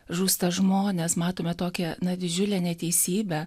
žūsta žmonės matome tokią na didžiulę neteisybę